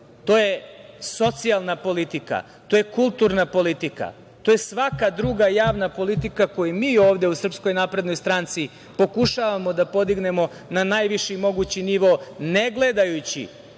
to je socijalna politika, to je kulturna politika, to je svaka druga javna politika koju mi ovde u SNS pokušavamo da podignemo na najviši mogući nivo, ne gledajući